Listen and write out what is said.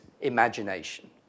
imagination